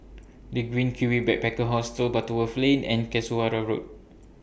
The Green Kiwi Backpacker Hostel Butterworth Lane and Road